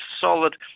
solid